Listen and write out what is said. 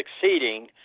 succeeding